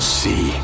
see